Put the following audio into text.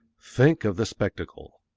think of the spectacle!